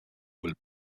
will